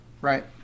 right